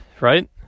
right